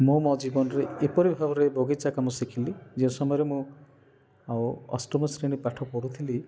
ମୁଁ ମୋ ଜୀବନରେ ଏପରି ଭାବରେ ବଗିଚା କାମ ଶିଖିଲି ଯେଉଁ ସମୟରେ ମୁଁ ଆଉ ଅଷ୍ଟମ ଶ୍ରେଣୀ ପାଠ ପଢ଼ୁଥିଲି